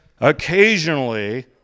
occasionally